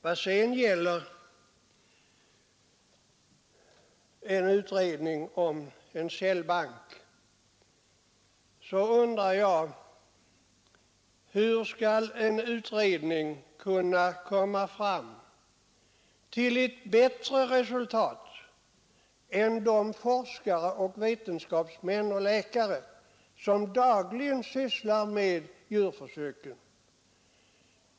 Vad beträffar utredning om en cellbank undrar jag emellertid hur en utredning skall kunna komma fram till ett bättre resultat än de forskare, vetenskapsmän och läkare som dagligen sysslar med djurförsök.